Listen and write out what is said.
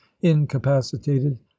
incapacitated